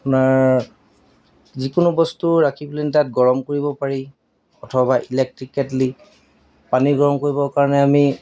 আপোনাৰ যিকোনো বস্তু ৰাখি পেলাই তাত গৰম কৰিব পাৰি অথবা ইলেক্ট্ৰিক কেটলি পানী গৰম কৰিবৰ কাৰণে আমি